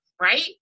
right